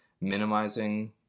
minimizing